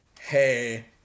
hey